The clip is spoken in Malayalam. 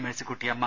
മേഴ്സിക്കുട്ടിയമ്മ